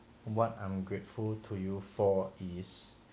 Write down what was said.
what I'm grateful to you for is